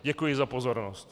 Děkuji za pozornost.